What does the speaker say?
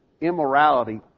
immorality